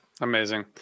amazing